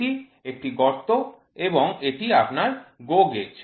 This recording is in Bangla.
এটি একটি গর্ত এবং এটি আপনার GO gauge